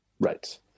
Right